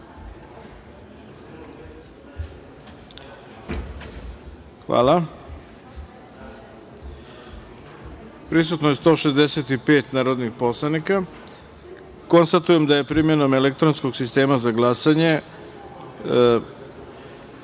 glasanje. Hvala. Prisutno je 165 narodnih poslanika. Konstatujem da je primenom elektronskog sistema za glasanje